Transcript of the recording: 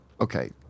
Okay